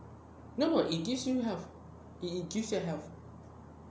no [what] it gives it it gives you health